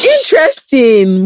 Interesting